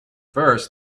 first